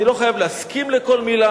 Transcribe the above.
אני לא חייב להסכים לכל מלה,